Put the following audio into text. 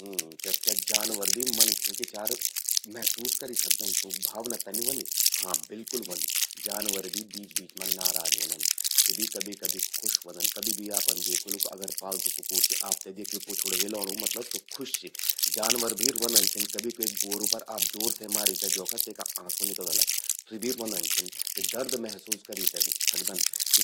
हम्म..क्या जानवर भी मनख्यूं कि चार महसूस करि सकदन? तूंकि भावना तनि व्होंदि? हां बिल्कुल ह्वोंदि। जानवर भी बीच-बीच मां नाराज ह्वोंदन। सी भी कभी-कभी खुश ह्वोंदन। कभी भी आपन द्येखि ह्वोलु कि अगर पालतू कुकूर चि, स्वो आपते द्येखि ते पुछड़ू हिलौंणूं, मतलब स्वो खुश चि। जानवर भी र्वोंदन छिन। कभी के ग्वोरु पर आप जोर से मारी ते द्योखा, तेका आंसू निकलला। सी भी र्वोंदन छिन, दर्द महसूस करी ते सकदन।